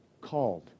called